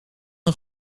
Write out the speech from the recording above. een